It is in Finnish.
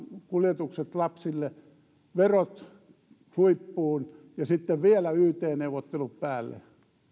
kuljetukset lapsille lakkautetaan verot korotetaan huippuun ja sitten vielä yt neuvottelut päälle